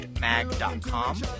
mag.com